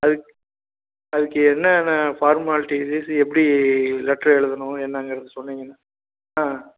அதுக் அதுக்கு என்னென்ன ஃபார்மாலிட்டிஸ் எப்படி லெட்டர் எழுதணும் என்னங்கிறதை சொன்னிங்கன்னால் ஆ